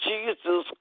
Jesus